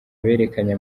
berekanye